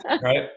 Right